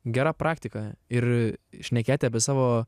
gera praktika ir šnekėti apie savo